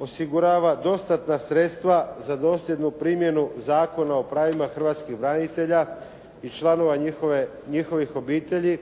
osigurava dostatna sredstva za dosljednu primjenu zakona o pravima hrvatskih branitelja i članova njihovih obitelji